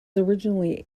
originally